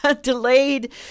delayed